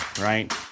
right